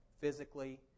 physically